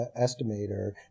estimator